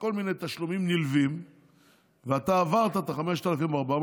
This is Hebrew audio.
כל מיני תשלומים נלווים ואתה עברת את ה-5,400,